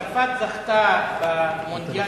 כשצרפת זכתה במונדיאל